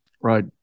Right